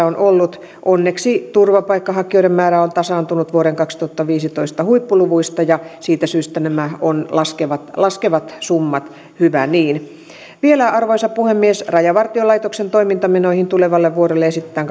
on ollut onneksi turvapaikanhakijoiden määrä on tasaantunut vuoden kaksituhattaviisitoista huippuluvuista ja siitä syystä nämä ovat laskevat laskevat summat hyvä niin vielä arvoisa puhemies rajavartiolaitoksen toimintamenoihin tulevalle vuodelle esitetään